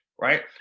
right